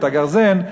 את הגרזן,